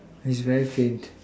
is very faint